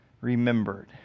remembered